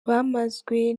bamazwe